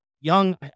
Young